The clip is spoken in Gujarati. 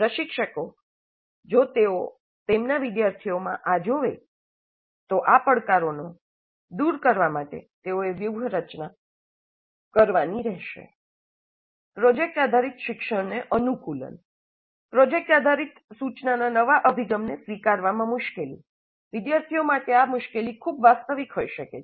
પ્રશિક્ષકો જો તેઓ તેમના વિદ્યાર્થીઓમાં આ જુએ તો આ પડકારોને દૂર કરવા માટે તેઓએ વ્યૂહરચના કરવાની રહેશે પ્રોજેક્ટ આધારિત શિક્ષણને અનુકૂલન પ્રોજેક્ટ આધારિત સૂચનાના નવા અભિગમને સ્વીકારવામાં મુશ્કેલી વિદ્યાર્થી માટે આ મુશ્કેલી ખૂબ વાસ્તવિક હોઈ શકે છે